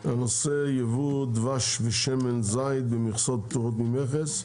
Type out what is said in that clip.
הנושא הוא ייבוא דבש ושמן זית במכסות פטורות ממכס,